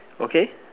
okay